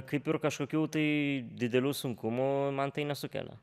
kaip ir kažkokių tai didelių sunkumų man tai nesukelia